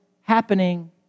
happening